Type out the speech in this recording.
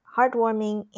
Heartwarming